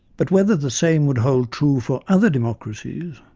but whether the same would hold true for other democracies,